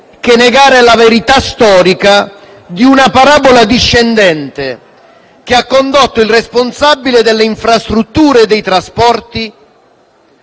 che negare la verità storica di una parabola discendente che ha condotto il responsabile delle infrastrutture e dei trasporti